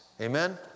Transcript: Amen